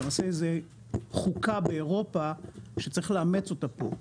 זה חוקה באירופה שצריך לאמץ אותה פה.